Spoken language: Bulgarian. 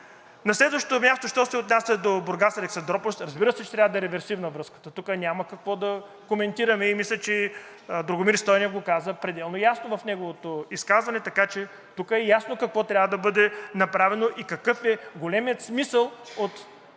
На следващо място, що се отнася до Бургас – Александруполис. Разбира се, че трябва да е реверсивна връзката. Тук няма какво да коментираме. Мисля, че Драгомир Стойнев го каза пределно ясно в неговото изказване. Така че тук е ясно какво трябва да бъде направено и какъв е големият смисъл от